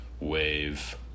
wave